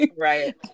Right